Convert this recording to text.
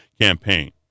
campaign